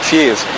years